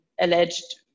alleged